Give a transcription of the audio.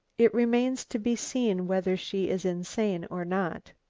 it remains to be seen whether she is insane or not.